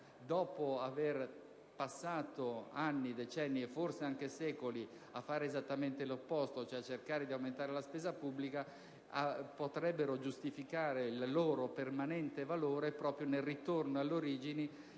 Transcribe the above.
dopo aver trascorso anni, decenni e forse anche secoli a fare esattamente l'opposto, cioè a cercare di aumentare la spesa pubblica, potrebbero giustificare il loro permanente valore proprio nel ritorno alle origini,